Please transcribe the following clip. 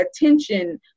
attention